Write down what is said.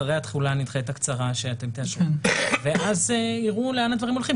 אחרי התחולה הנדחית הקצרה שאתם תאשרו ואז יראו לאן הדברים הולכים.